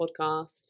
podcast